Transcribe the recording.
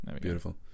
beautiful